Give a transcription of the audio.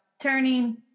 turning